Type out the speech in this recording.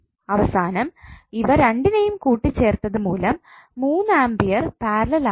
അവസാനം ഇവ രണ്ടിനെയും കൂട്ടിച്ചേർത്തത് മൂലം 3 ആംപിയർ പാരലൽ ആയും ഉണ്ട്